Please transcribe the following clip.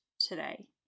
today